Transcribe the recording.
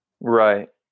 Right